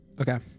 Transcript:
Okay